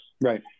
Right